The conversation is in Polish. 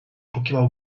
pokiwał